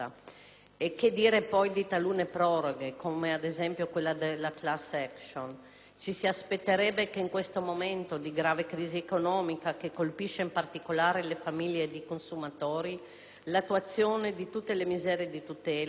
Che dire poi di talune proroghe, come ad esempio quella relativa alla *class action*? Ci si aspetterebbe, in questo momento di grave crisi economica che colpisce in particolare le famiglie di consumatori, l'attuazione di tutte le misure di tutela